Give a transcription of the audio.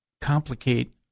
complicate